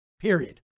period